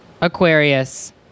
Aquarius